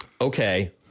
okay